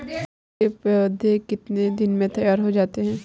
गेहूँ के पौधे कितने दिन में तैयार हो जाते हैं?